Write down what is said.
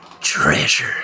Treasure